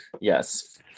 Yes